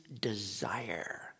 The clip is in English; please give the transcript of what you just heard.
desire